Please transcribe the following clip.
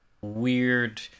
weird